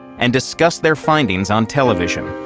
and discussed their findings on television.